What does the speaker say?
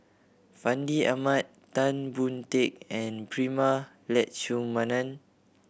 Fandi Ahmad Tan Boon Teik and Prema Letchumanan